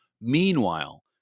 Meanwhile